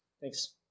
Thanks